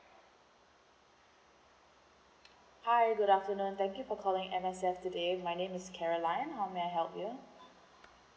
hi good afternoon thank you for calling M_S_F today my name is caroline how may I help you